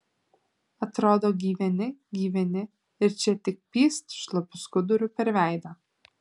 atrodo gyveni gyveni ir čia tik pyst šlapiu skuduru per veidą